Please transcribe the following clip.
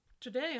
Today